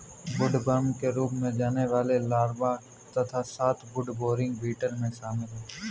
woodworm के रूप में जाने वाले लार्वा के साथ वुडबोरिंग बीटल में शामिल हैं